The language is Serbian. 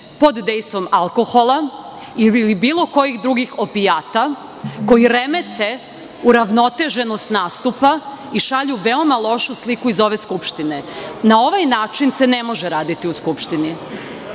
pod dejstvom alkohola ili bilo kojih drugih opijata koji remete uravnoteženost nastupa i šalju veoma lošu sliku iz ove Skupštine. Na ovaj način se ne može raditi u Skupštini.